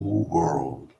world